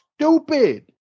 stupid